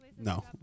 No